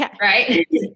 Right